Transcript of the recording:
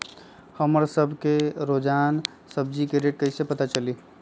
हमरा सब के रोजान सब्जी के रेट कईसे पता चली?